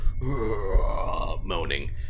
moaning